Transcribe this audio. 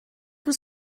was